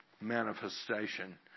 manifestation